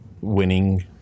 winning